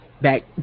back